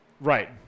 Right